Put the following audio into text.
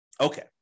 Okay